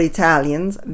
Italians